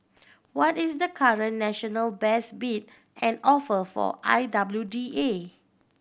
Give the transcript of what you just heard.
what is the current national best bid and offer for I W D A